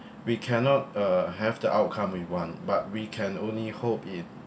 we cannot uh have the outcome with one but we can only hope it